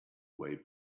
way